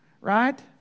Right